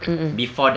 mm mm